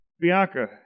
Bianca